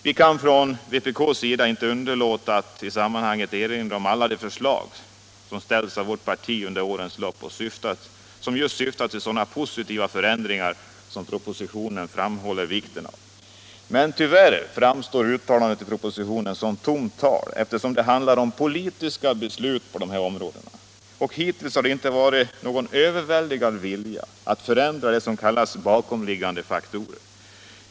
Vi kan från vpk:s sida inte underlåta att i det sammanhanget erinra om alla de förslag, som ställts från vårt parti under årens lopp och som syftar till just sådana positiva förändringar som propositionen framhåller vikten av. Men tyvärr framstår uttalandet i propositionen som tomt tal, eftersom det handlar om politiska beslut på dessa områden. Och hittills har man inte visat någon överväldigande vilja att förändra det som kallas bakomliggande faktorer.